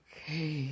Okay